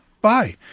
Bye